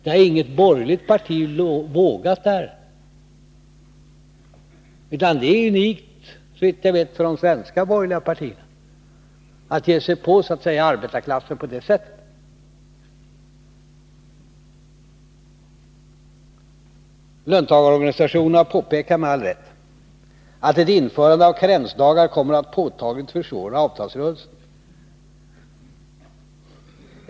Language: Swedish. Det har inget borgerligt parti vågat där, utan det är såvitt jag vet unikt för de svenska borgerliga partierna att ge sig på arbetarklassen på det sättet. Löntagarorganisationerna påpekar, med all rätt, att ett införande av karensdagar kommer att påtagligt försvåra avtalsrörelsen.